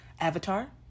Avatar